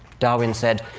darwin said,